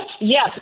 Yes